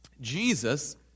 Jesus